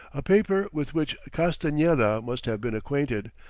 a paper with which castaneda must have been acquainted,